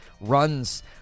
runs